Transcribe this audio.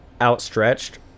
outstretched